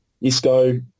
Isco